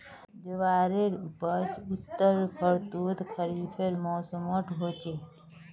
ज्वारेर उपज उत्तर भर्तोत खरिफेर मौसमोट होचे